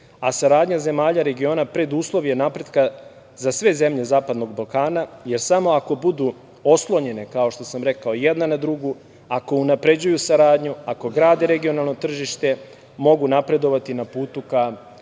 a saradnja zemalja regiona preduslov je napretka za sve zemlje zapadnog Balkana, jer samo ako budu oslonjene, kao što sam rekao, jedna na drugu, ako unapređuju saradnju, ako grade regionalno tržište, mogu napredovati na putu ka